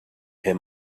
him